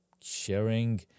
sharing